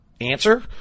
answer